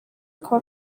kuwa